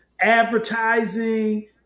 advertising